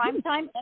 primetime